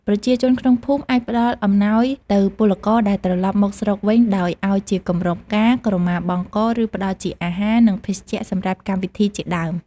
ប្រជាជនក្នុងភូមិអាចផ្តល់អំណោយទៅពលករដែលត្រឡប់មកស្រុកវិញដោយឱ្យជាកម្រងផ្កា ក្រមាបង់ក ឬផ្ដល់ជាអាហារ និងភេសជ្ជៈសម្រាប់កម្មវិធីជាដើម ។